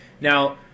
Now